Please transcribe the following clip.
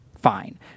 fine